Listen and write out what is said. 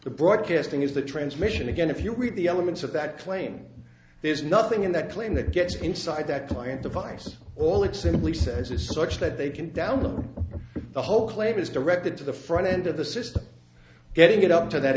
broadcasting is the transmission again if you read the elements of that claim there's nothing in that claim that gets inside that client device all it simply says is such that they can download the whole claim is directed to the front end of the system getting it up to that